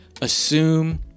assume